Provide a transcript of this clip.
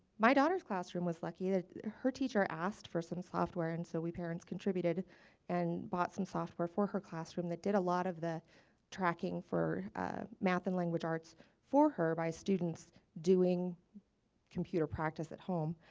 my daughter's classroom was lucky. her teacher asked for some software and so we parents contributed and bought some software for her classroom that did a lot of the tracking for math and language arts for her by students doing computer practice at home.